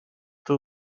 two